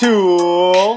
Tool